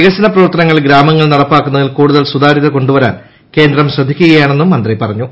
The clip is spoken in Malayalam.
വികസന പ്രവർത്തനങ്ങൾ ഗ്രാമങ്ങളിൽ നടപ്പാക്കുന്നതിൽ കൂടുതൽ സുതാര്യത കൊണ്ടുവരാൻ കേന്ദ്രം ശ്രദ്ധിക്കുകയാണെന്നും മന്ത്രി പറഞ്ഞു